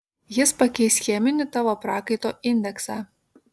jis pakeis cheminį tavo prakaito indeksą